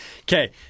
Okay